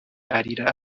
arira